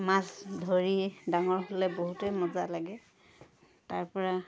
মাছ ধৰি ডাঙৰ হ'লে বহুতেই মজা লাগে তাৰপৰা